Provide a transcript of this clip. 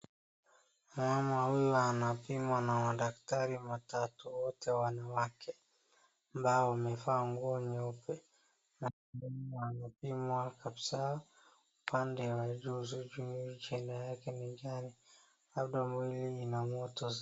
Mama huyu anapimwa na madaktari watatu, wote wanawake, ambao wamevaa nguo nyeupe na amepimwa kabisaa upande wa juu, sijui shida yake ni gani labda mwili ina.